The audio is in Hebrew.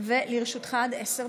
(תיקון מס' 6),